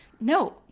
no